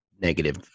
negative